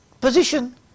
position